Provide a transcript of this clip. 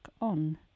on